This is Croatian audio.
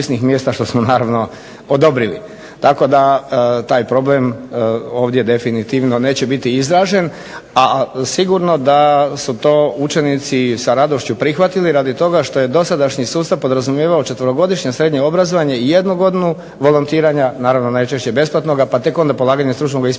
Tako da taj problem ovdje definitivno neće biti izražen, a sigurno da su to učenici sa radošću prihvatili radi toga što je dosadašnji sustav podrazumijevao četverogodišnje srednje obrazovanje i jednu godinu volontiranja naravno najčešće besplatnoga, pa tek onda polaganje stručnoga ispita